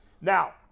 Now